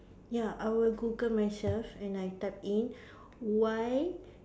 ya I would Google myself and I type in why